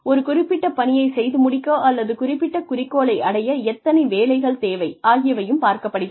ஒரு குறிப்பிட்ட பணியைச் செய்து முடிக்க அல்லது குறிப்பிட்ட குறிக்கோளை அடைய எத்தனை வேலைகள் தேவை ஆகியவையும் பார்க்கப்படுகிறது